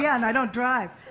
yeah and i don't drive.